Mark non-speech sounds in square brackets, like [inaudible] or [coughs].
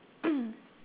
[coughs]